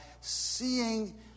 seeing